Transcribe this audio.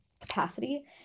capacity